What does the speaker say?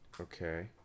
Okay